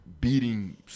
beating